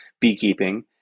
beekeeping